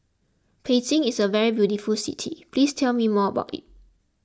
Beijing is a very beautiful city please tell me more about it